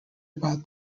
about